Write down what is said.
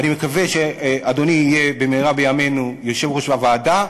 אני מקווה שאדוני יהיה במהרה בימינו יושב-ראש הוועדה,